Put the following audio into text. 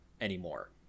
anymore